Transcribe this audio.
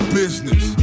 business